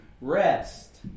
rest